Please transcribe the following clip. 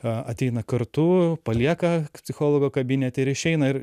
a ateina kartu palieka psichologo kabinete ir išeina ir